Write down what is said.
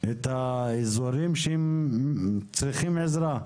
את האזורים שצריכים עזרה.